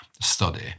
study